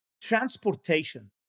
transportation